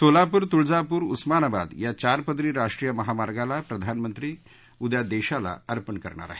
सोलापूर तुळजापूर उस्मानाबाद या चारपदरी राष्ट्रीय महामार्गाला प्रधानमंत्री उदया देशाला अर्पण करणार आहेत